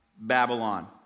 Babylon